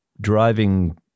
driving